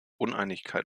uneinigkeit